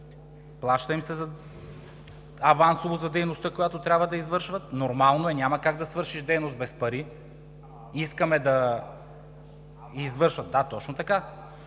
Плаща им се авансово за дейността, която трябва да извършват. Нормално е, няма как да свършиш дейност без пари. Искаме да я извършват. СТАНИСЛАВ